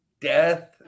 death